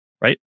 right